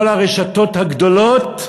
כל הרשתות הגדולות,